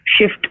shift